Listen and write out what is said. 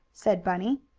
said bunny.